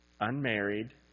unmarried